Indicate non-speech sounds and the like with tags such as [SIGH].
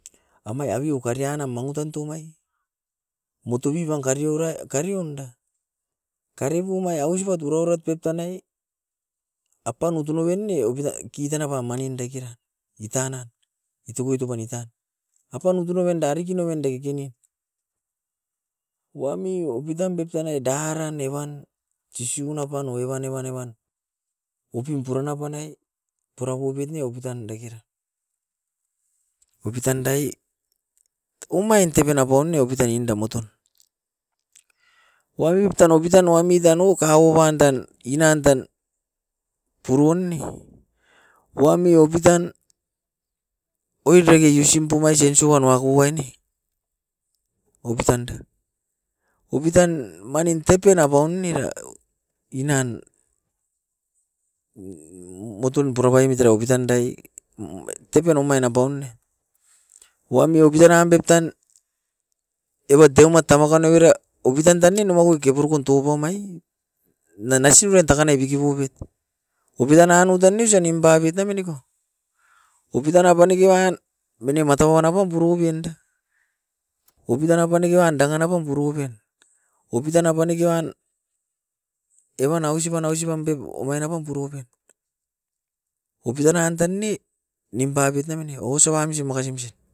Amai aveu okarian nam mangutan toubai motobi evan kariorai, karionda. Karipum ai ausipat turouroit pep tanai apanutu noven ne opita kitanaba manin dekera itan na, itokoi toubani ta. Apanu tun noven da diki noven da kekenin. Wami opitan pep tanai daarann evan siisiun apan oiban, ne ban, ne ban opium puran apanai porapopit ne opitan dakera. Opitan dae omain tepen apaun ne opitan ninda moton. Wamip tan opitan wamit tanou kaa ouban dan inan dan purun ne, wami opitan oi dake usim pumai sensaw anua kuene opitan da. Opitan manin tepen apaun era inan [HESITATION] moton purapaimit era opitan dae [HESITATION] tepen omain apaun ne. Wami opitan nan pep tan evat deumat tamakan oibira opitan tanai nomaoi keburokon touponai, nanai siben takanai bikibubit. Opitan nanuou tan ne osa nimpaboit naminiko. Opitan apaneke anan mene matauan apan puru pianda, opitan apaneke wan dangan apam purupian. Opitan apaneke uan evan ausipan, ausipan pep omain apam puropen, opitan nan tanae nimpapit ne mene osoa mis e makasim sin.